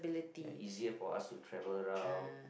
ya easier for us to travel around